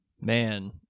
Man